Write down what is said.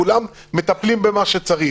כולם מטפלים במה שצריך.